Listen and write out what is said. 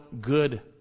good